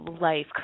life